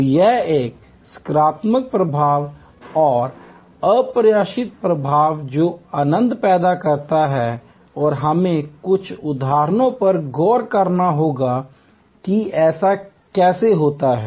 तो यह सकारात्मक प्रभाव और अप्रत्याशित प्रभाव जो आनंद पैदा करता है और हमें कुछ उदाहरणों पर गौर करना होगा कि ऐसा कैसे होता है